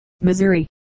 Missouri